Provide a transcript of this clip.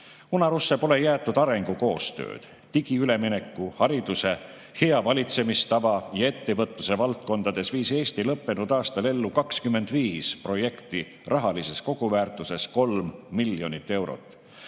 Unarusse pole jäetud arengukoostööd. Digiülemineku, hariduse, hea valitsemistava ja ettevõtluse valdkondades viis Eesti lõppenud aastal ellu 25 projekti rahalises koguväärtuses 3 miljonit